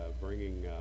bringing